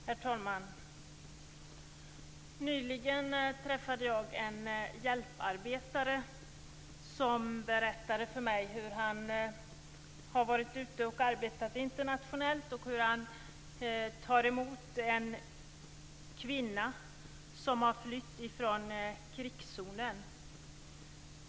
Herr talman! Nyligen träffade jag en hjälparbetare som berättade för mig hur han har arbetat internationellt. Han berättade att han tagit emot en kvinna som flytt från krigszonen.